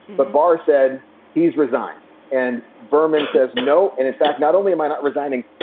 but barr said he's resigned and berman says no. and in fact, not only am i not resigning,